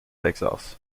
texas